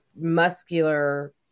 muscular